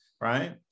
right